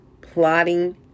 plotting